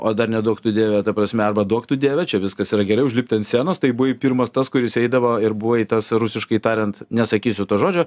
o dar neduok tu dieve ta prasme arba duok tu dieve čia viskas yra gerai užlipti ant scenos tai buvai pirmas tas kuris eidavo ir buvai tas rusiškai tariant nesakysiu to žodžio